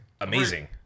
amazing